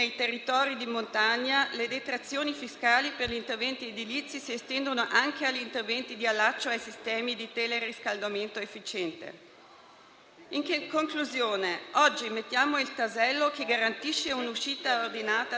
In conclusione, mettiamo oggi il tassello che garantisce un'uscita ordinata dalla fase del *lockdown*. Con il decreto semplificazioni e l'accordo europeo deve cominciare il secondo tempo della questione economica e sociale,